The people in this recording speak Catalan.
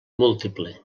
múltiple